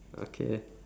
okay